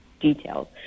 details